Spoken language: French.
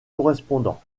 correspondant